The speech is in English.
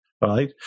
right